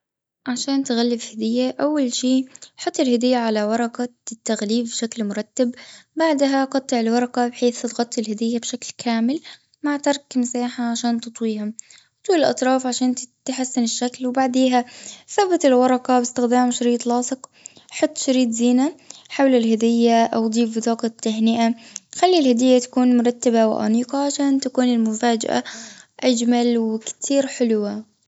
عشان تغلف هدية أول شي حط الهدية على ورقة التغليف بشكل مرتب. بعدها قطع الورقة بحيث تغطي الهدية بشكل كامل. مع ترك مساحه عشان تطويهم. كل الأطراف عشان تحسن الشكل ,وبعديها ثبت الورقة بإستخدام شريط لاصق. حط شريط زينة. حول الهدية أو ضيف بطاقة تهنئة. خلي الهدية تكون مرتبة وأنيقة عشان تكون المفاجأة أجمل وكتير حلوة.